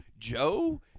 Joe